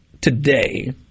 today